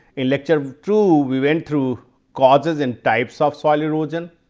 in lecture two we went through causes and types of soil erosion,